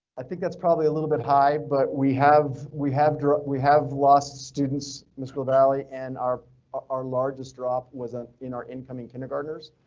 i think that's probably a little bit high, but we have we have we have lost students. miss cavalli. ann are our largest drop was ah in our incoming kindergartners.